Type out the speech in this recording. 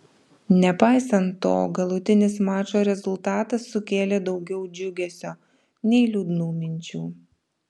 nepaisant to galutinis mačo rezultatas sukėlė daugiau džiugesio nei liūdnų minčių